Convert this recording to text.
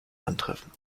antreffen